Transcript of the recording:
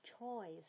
Choice